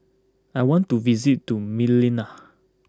I want to visit to Manila